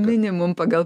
minimum pagal